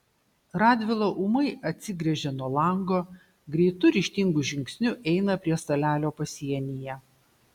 radvila ūmai atsigręžia nuo lango greitu ryžtingu žingsniu eina prie stalelio pasienyje